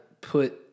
put